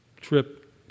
trip